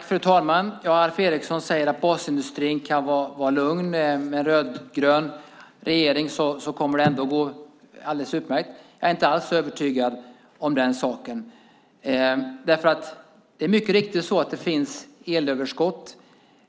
Fru talman! Alf Eriksson säger att de i basindustrin kan vara lugna, för med en rödgrön regering kommer det här att gå alldeles utmärkt. Jag är inte alls så övertygad om det. Mycket riktigt kommer det att finnas ett elöverskott